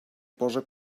posa